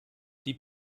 die